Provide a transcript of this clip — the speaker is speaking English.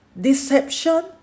Deception